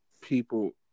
people